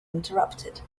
interrupted